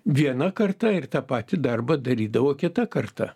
viena karta ir tą patį darbą darydavo kita karta